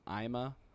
Ima